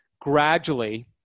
gradually